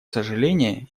сожаление